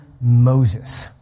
Moses